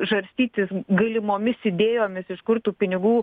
žarstytis galimomis idėjomis iš kur tų pinigų